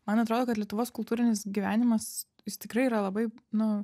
man atrodo kad lietuvos kultūrinis gyvenimas jis tikrai yra labai nu